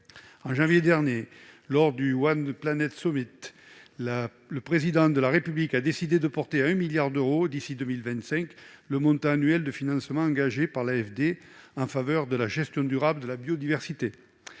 de janvier dernier, lors du, le Président de la République a décidé de porter à 1 milliard d'euros d'ici à 2025 le montant annuel des financements engagés par l'AFD en faveur de la gestion durable de la biodiversité.